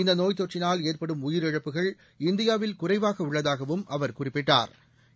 இந்த நோய் தொற்றினால் ஏற்படும் உயிரிழப்புகள் இந்தியாவில் குறைவாக உள்ளதாகவும் அவர் குறிப்பிட்டா்